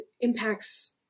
impacts